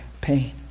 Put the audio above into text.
pain